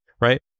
right